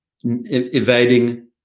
evading